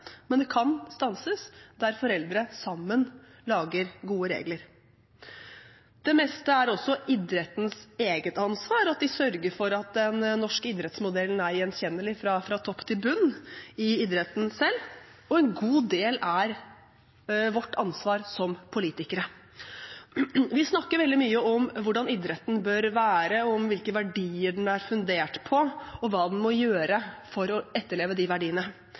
men det kan stanses der foreldre sammen lager gode regler. Det meste er også idrettens eget ansvar, at de sørger for at den norske idrettsmodellen er gjenkjennelig fra topp til bunn i idretten selv, og en god del er vårt ansvar som politikere. Vi snakker veldig mye om hvordan idretten bør være og om hvilke verdier den er fundert på, og hva den må gjøre for å etterleve de verdiene.